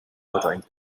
ordering